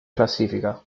classifica